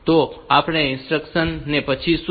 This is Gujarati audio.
તો આપણે આ ઇન્સ્ટ્રક્શન્સ ને પછી જોઈશું